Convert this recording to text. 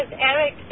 Eric